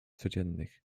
codziennych